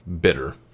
bitter